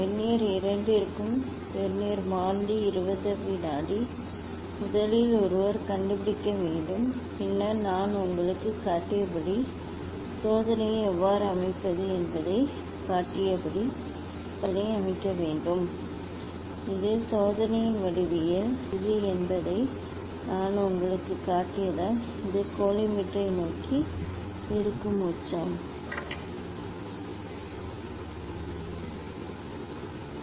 vernier இரண்டிற்கும் vernier மாறிலி 20 வினாடி முதலில் ஒருவர் கண்டுபிடிக்க வேண்டும் பின்னர் நான் உங்களுக்குக் காட்டியபடி சோதனையை எவ்வாறு அமைப்பது என்பதைக் காட்டியபடி பரிசோதனையை அமைக்கவும் இது சோதனையின் வடிவியல் இது என்பதை நான் உங்களுக்குக் காட்டியதால் இது கோலிமேட்டரை நோக்கி இருக்கும் உச்சம் இது என் ப்ரிஸம்